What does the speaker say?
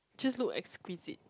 just look exquisite